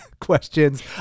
questions